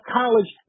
college